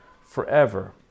forever